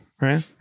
right